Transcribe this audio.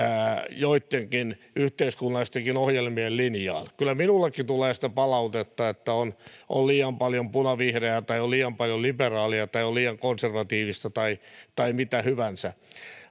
joittenkin yhteiskunnallistenkin ohjelmien linjaan kyllä minullekin tulee sitä palautetta että on on liian paljon punavihreää tai on liian paljon liberaalia tai on liian konservatiivista tai tai mitä hyvänsä